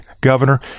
governor